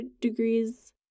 degrees